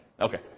Okay